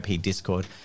discord